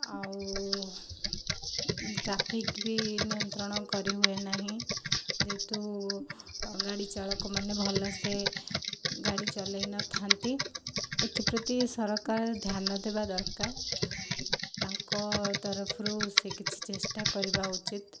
ଆଉ ଟ୍ରାଫିକ୍ ବି ନିୟନ୍ତ୍ରଣ କରିହୁଏ ନାହିଁ ଯେହେତୁ ଗାଡ଼ିଚାଳକମାନେ ଭଲସେ ଗାଡ଼ି ଚଲାଇ ନଥାନ୍ତି ଏଥିପ୍ରତି ସରକାର ଧ୍ୟାନ ଦେବା ଦରକାର ତାଙ୍କ ତରଫରୁ ସେ କିଛି ଚେଷ୍ଟା କରିବା ଉଚିତ୍